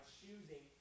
choosing